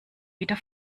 wieder